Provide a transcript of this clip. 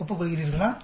ஒப்புக்கொள்கிரீர்களா